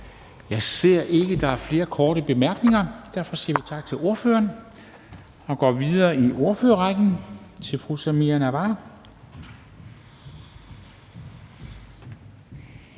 Jeg ser ikke, at der er flere til korte bemærkninger. Derfor siger vi tak til ordføreren og går videre i ordførerrækken til fru Samira Nawa,